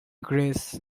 grace